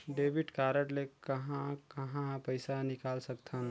Debit card ले कहां कहां पइसा निकाल सकथन?